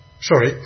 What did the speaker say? sorry